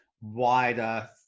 wider